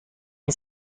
این